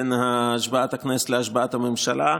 בין השבעת הכנסת להשבעת הממשלה.